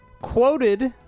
quoted –